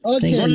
Okay